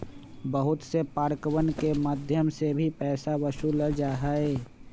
बहुत से पार्कवन के मध्यम से भी पैसा वसूल्ल जाहई